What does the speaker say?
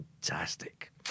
fantastic